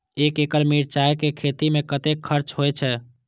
एक एकड़ मिरचाय के खेती में कतेक खर्च होय छै?